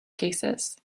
cases